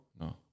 No